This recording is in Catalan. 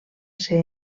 ser